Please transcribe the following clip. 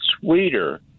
sweeter